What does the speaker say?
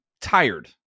tired